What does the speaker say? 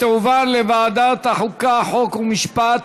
התשע"ו 2016, לוועדת החוקה, חוק ומשפט